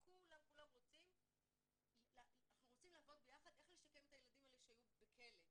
וכולם כולם רוצים לעבוד ביחד איך לשקם את הילדים האלה שהיו בכלא.